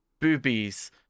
boobies